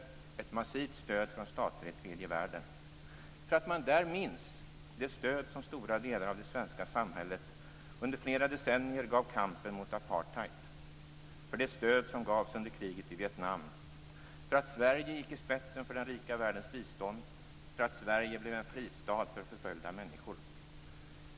Det skedde med ett massivt stöd från stater i tredje världen, för att man där minns det stöd som stora delar av det svenska samhället under flera decennier gav kampen mot apartheid liksom det stöd som gavs under kriget i Vietnam, för att Sverige gick i spetsen för den rika världens bistånd och för att Sverige blev en fristad för förföljda människor.